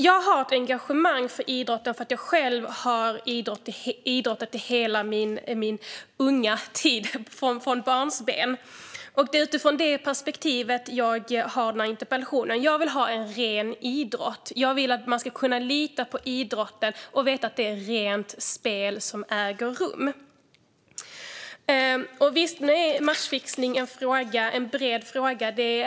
Jag har ett engagemang för idrotten därför att jag själv har idrottat från barnsben, och det är utifrån det perspektivet jag ställt denna interpellation. Jag vill ha en ren idrott. Jag vill att man ska kunna lita på idrotten och veta att det är rent spel som äger rum. Visst är matchfixning en bred fråga.